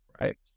right